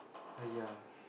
ai ya